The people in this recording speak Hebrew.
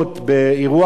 ולדפוק את המוח,